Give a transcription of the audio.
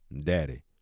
daddy